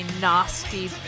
nasty